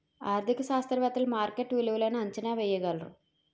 ఆర్థిక శాస్త్రవేత్తలు మార్కెట్ విలువలను అంచనా వేయగలరు